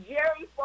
Jerry